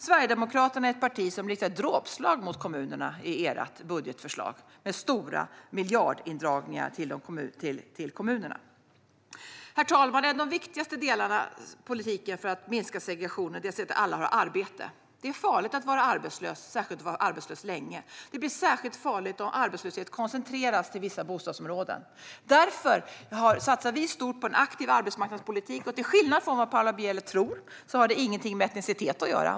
Sverigedemokraterna är ett parti som i sitt budgetförslag riktar ett dråpslag mot kommunerna och har stora miljardindragningar från kommunerna. Herr talman! En av de viktigaste delarna i politiken för att minska segregationen är att se till att alla har arbete. Det är farligt att vara arbetslös och särskilt att vara arbetslös länge. Det blir speciellt farligt om arbetslösheten koncentreras till vissa bostadsområden. Därför satsar vi stort på en aktiv arbetsmarknadspolitik. Till skillnad från vad Paula Bieler tror har detta ingenting med etnicitet att göra.